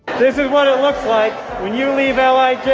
this is what it looks like when you leave. ah like ah